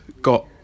got